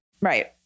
Right